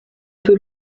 peut